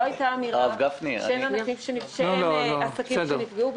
לא הייתה אמירה שאין עסקים שנפגעו.